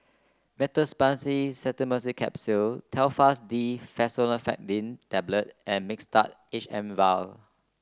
Meteospasmyl Simeticone Capsules Telfast D Fexofenadine Tablet and Mixtard H M vial